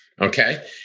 Okay